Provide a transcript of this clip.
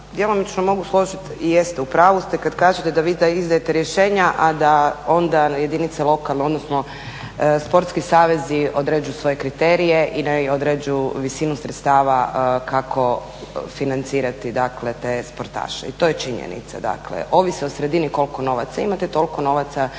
djelomično mogu složiti i jeste u pravu ste kad kažete da vi izdajete rješenja, a da onda jedinice lokalne odnosno sportski savezi određuju svoje kriterije i određuju visinu sredstava kako financirati dakle te sportaše. I to je činjenica. Dakle, ovisi o sredini koliko novaca imate toliko novaca taj